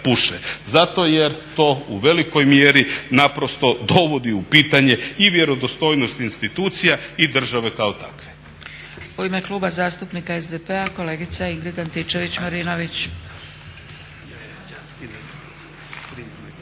Zato jer to u velikoj mjeri naprosto dovodi u pitanje i vjerodostojnost institucija i države kao takve.